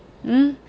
mm